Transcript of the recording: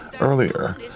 Earlier